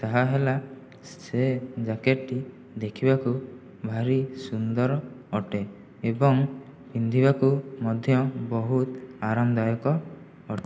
ତାହା ହେଲା ସେ ଜ୍ୟାକେଟ୍ଟି ଦେଖିବାକୁ ଭାରି ସୁନ୍ଦର ଅଟେ ଏବଂ ପିନ୍ଧିବାକୁ ମଧ୍ୟ ବହୁତ ଆରାମଦାୟକ ଅଟ୍